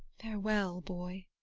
farewell, boy